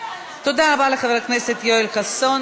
תודה רבה לחבר הכנסת יואל חסון.